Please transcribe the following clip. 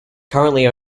currently